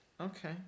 Okay